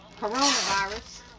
coronavirus